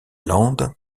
landes